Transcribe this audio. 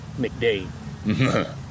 McDade